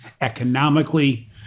economically